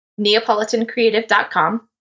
neapolitancreative.com